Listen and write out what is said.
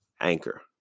Anchor